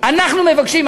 אנחנו מבקשים,